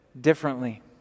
differently